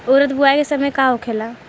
उरद बुआई के समय का होखेला?